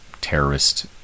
terrorist